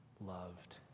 loved